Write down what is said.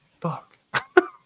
Fuck